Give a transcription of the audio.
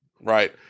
right